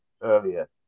earlier